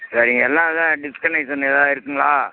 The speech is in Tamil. சரிங்க எல்லாம் அதான் டிஸ்கனேஷன் ஏதா இருக்குதுங்களா